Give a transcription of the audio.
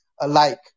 alike